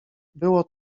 było